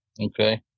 Okay